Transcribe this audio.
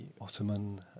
Ottoman